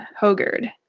hogard